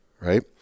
Right